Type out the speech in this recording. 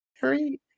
Hurry